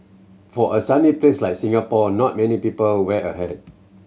for a sunny place like Singapore not many people wear a hat